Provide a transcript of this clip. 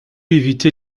éviter